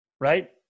right